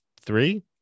Three